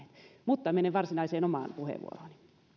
mutta menen varsinaiseen omaan puheenvuorooni